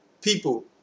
people